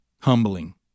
humbling